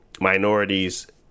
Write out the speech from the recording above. Minorities